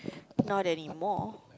not anymore